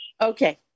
Okay